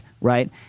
right